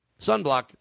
sunblock